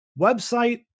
website